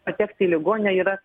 patekti į ligoninę yra